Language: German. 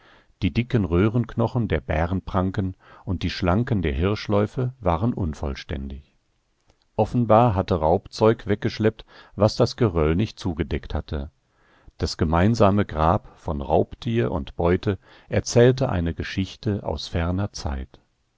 die dicken röhrenknochen der bärenpranken und die schlanken der hirschläufe waren unvollständig offenbar hatte raubzeug weggeschleppt was das geröll nicht zugedeckt hatte das gemeinsame grab von raubtier und beute erzählte eine geschichte aus ferner zeit